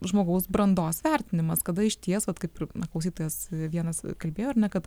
žmogaus brandos vertinimas kada išties vat kaip ir klausytojas vienas kalbėjo ar ne kad